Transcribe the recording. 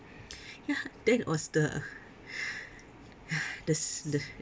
ya that was the that's the